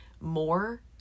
more